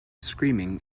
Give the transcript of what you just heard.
screaming